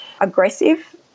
aggressive